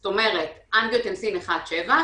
זאת אומרת אנגיוטנסין 1.7,